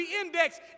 index